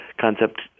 concept